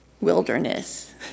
wilderness